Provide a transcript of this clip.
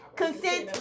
consent